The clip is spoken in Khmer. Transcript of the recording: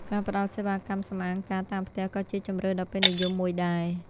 ការផ្ដល់សេវាកម្មសម្អាងការតាមផ្ទះក៏ជាជម្រើសដ៏ពេញនិយមមួយដែរ។